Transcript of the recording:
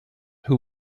who